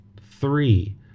three